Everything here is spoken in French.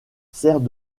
sert